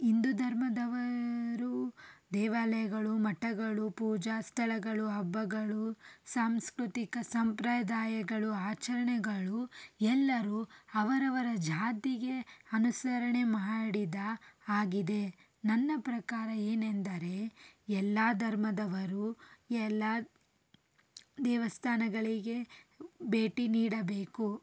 ಹಿಂದು ಧರ್ಮದವರು ದೇವಾಲಯಗಳು ಮಠಗಳು ಪೂಜಾ ಸ್ಥಳಗಳು ಹಬ್ಬಗಳು ಸಾಂಸ್ಕೃತಿಕ ಸಂಪ್ರದಾಯಗಳು ಆಚರಣೆಗಳು ಎಲ್ಲರು ಅವರವರ ಜಾತಿಗೆ ಅನುಸರಣೆ ಮಾಡಿದ ಹಾಗಿದೆ ನನ್ನ ಪ್ರಕಾರ ಏನೆಂದರೆ ಎಲ್ಲ ಧರ್ಮದವರು ಎಲ್ಲ ದೇವಸ್ಥಾನಗಳಿಗೆ ಭೇಟಿ ನೀಡಬೇಕು